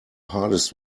hardest